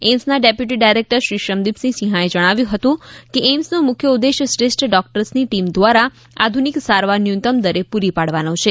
એઇમ્સના deputy director Shri Shramdeep સિંહાએ જણાવ્યું કે એઇમ્સનો મુખ્ય ઉદેશ શ્રેષ્ઠ ડોક્ટર્સની ટીમ દ્વારા આધુનિક સારવાર ન્યુનતમ દરે પુરી પાડવાનો છે